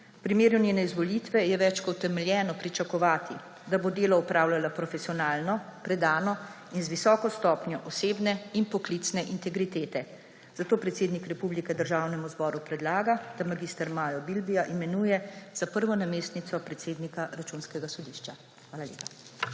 primeru njene izvolitve je več kot utemeljeno pričakovati, da bo delo opravljala profesionalno, predano in z visoko stopnjo osebne in poklicne integritete, zato predsednik republike Državnemu zboru predlaga, da mag. Majo Bilbija imenuje za prvo namestnico predsednika Računskega sodišča. Hvala lepa.